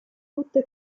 tutte